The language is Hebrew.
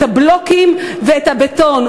את הבלוקים ואת הבטון,